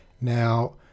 Now